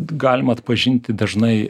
galima atpažinti dažnai